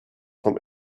from